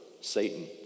Satan